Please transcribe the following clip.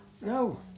No